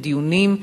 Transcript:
ודיונים,